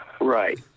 Right